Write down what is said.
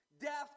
Death